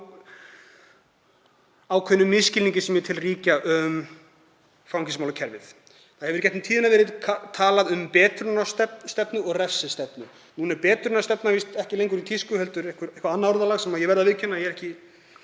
ákveðnum misskilningi sem ég tel ríkja um fangelsismálakerfið. Það hefur í gegnum tíðina verið talað um betrunarstefnu og refsistefnu. Núna er betrunarstefna víst ekki lengur í tísku heldur eitthvert annað orðalag sem ég verð að viðurkenna að ég er ekki